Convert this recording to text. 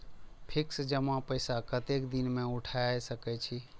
Fix जमा पैसा कतेक दिन में उठाई सके छी?